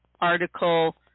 article